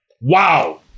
Wow